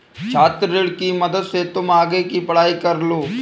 छात्र ऋण की मदद से तुम आगे की पढ़ाई कर लो